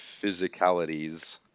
physicalities